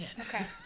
Okay